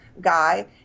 guy